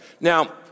Now